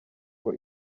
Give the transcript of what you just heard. ngo